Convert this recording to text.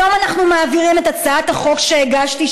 היום אנחנו מעבירים את הצעת החוק שהגשתי,